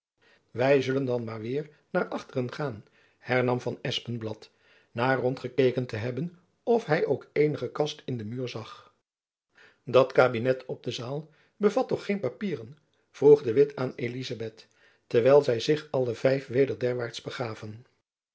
wy zullen dan maar weêr naar achteren gaan hernam van espenblad na rondgekeken te hebben of hy ook eenige kast in den muur zag dat kabinet op de zaal bevat toch geen papieren vroeg de witt aan elizabeth terwijl zy zich alle vijf weder derwaarts begaven